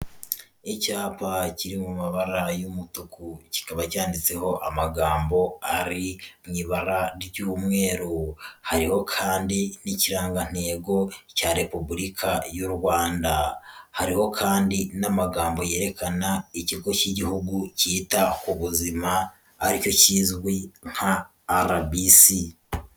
Icyapa kiri mu mabara y'umutuku, kikaba cyanyanditseho amagambo ari mu ibara ry'umweru, hari kandi n'ikirangantego cya repubulika y'u Rwanda, hariho kandi n'amagambo yerekana ikigo cy'igihugu cyita ku buzima aricyo kizwi nka RBC.